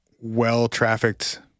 well-trafficked